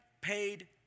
paid